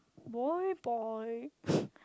boy boy